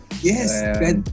Yes